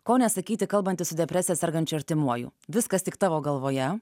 ko nesakyti kalbantis su depresija sergančiu artimuoju viskas tik tavo galvoje